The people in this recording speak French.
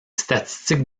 statistiques